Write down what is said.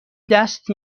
دست